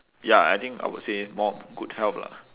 ya I think I would say more of good health lah